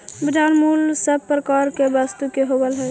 बाजार मूल्य सब प्रकार के वस्तु के होवऽ हइ